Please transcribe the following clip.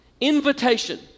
invitation